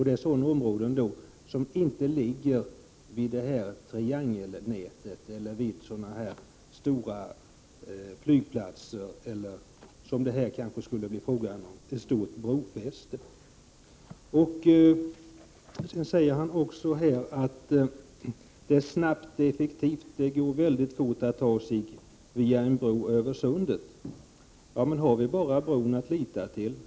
Det gäller områden som inte ligger i det s.k. triangelnätet, vid stora flygplatser eller — som det här skulle bli fråga om — intill ett stort brofäste. Lars-Erik Lövdén säger också att man på ett snabbt och effektivt sätt kan ta sig över sundet via en bro. Har vi då bara bron att lita till?